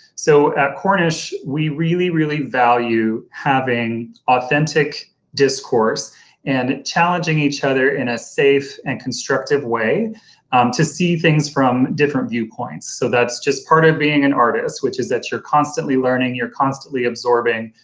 so, at cornish we really, really value having authentic discourse and challenging each other in a safe and constructive way to see things from different viewpoints. so, that's just part of being an artist, which is that you're constantly learning, you're constantly absorbing,